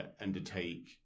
undertake